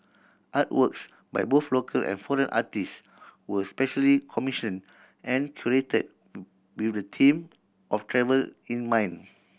artworks by both local and foreign artists were specially commissioned and curated with the theme of travel in mind